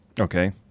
Okay